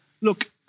look